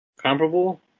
Comparable